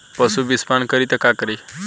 पशु विषपान करी त का करी?